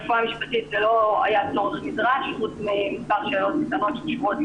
עם המחלקה לרפואה משפטית ועם כל מי שאחראי על הראיות בהמשך החקירה.